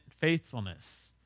faithfulness